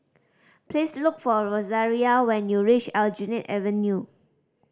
please look for Rosaria when you reach Aljunied Avenue